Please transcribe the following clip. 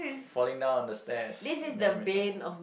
falling down on the stairs many many time